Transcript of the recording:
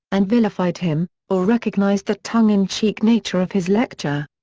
and vilified him, or recognised the tongue-in-cheek nature of his lecture.